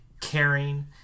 caring